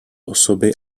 osoby